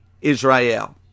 Israel